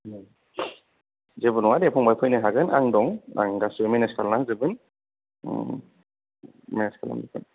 जेबो नङा दे फंबाइ फैनो हागोन आं दं आं गासिबो मेनेज खालामनानै होजोबगोन मेनेज खालाम जोबगोन